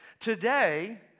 Today